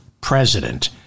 president